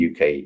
UK